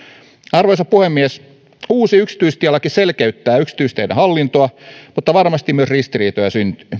arvoisa puhemies uusi yksityistielaki selkeyttää yksityisteiden hallintoa mutta varmasti syntyy myös ristiriitoja